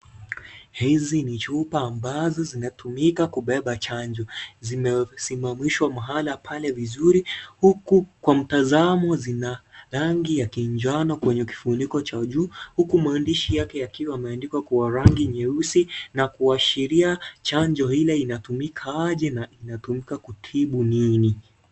Hizi ni chupa ambazo zinatumika kubeba chanjo zimesimamishwa mahala pale vizuri huku kwa mtazamo, zina rangi ya njano kwenye kifuniko cha juu, huku maandishi yake yakiwa yameandikwa kwa rangi nyeusi na kuashiria chanjo Ile inatumika aje na inatumika kutibu nini.